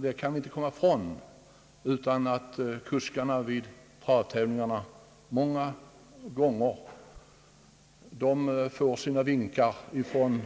Vi kan inte komma ifrån att kuskarna vid travtävlingarna många gånger får sina vinkar från